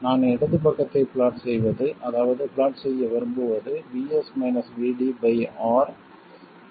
நான் இடது பக்கத்தை பிளாட் செய்வது அதாவது பிளாட் செய்ய விரும்புவது R VS VD ஆகும்